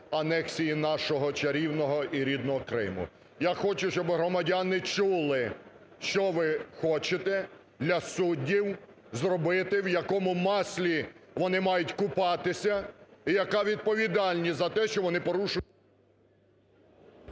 анексії нашого чарівного і рідного Криму. Я хочу, щоби громадяни чули, що ви хочете для суддів зробити, в якому маслі вони мають купатися і яка відповідальність за те, що вони порушують…